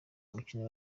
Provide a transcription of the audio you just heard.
umukino